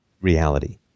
reality